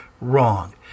wrong